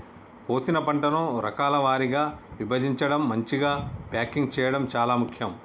కోసిన పంటను రకాల వారీగా విభజించడం, మంచిగ ప్యాకింగ్ చేయడం చాలా ముఖ్యం